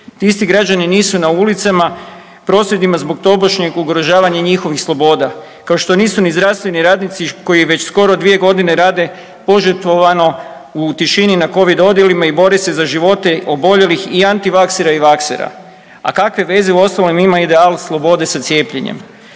Ti isti građani nisu na ulicama i prosvjedima zbog tobožnjeg ugrožavanja njihovih sloboda, kao što nisu ni zdravstveni radnici koji već skoro 2.g. rade požrtvovano u tišini na covid odjelima i bore se za živote oboljelih i antivaksera i vaksera, a kakve veze uostalom ima ideal slobode sa cijepljenjem?